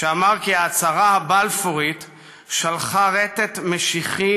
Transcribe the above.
שאמר: "ההצהרה הבלפורית שלחה רטט משיחי